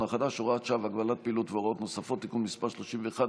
החדש (הוראת שעה) (הגבלת פעילות והוראות נוספות) (תיקון מס' 31),